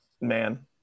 man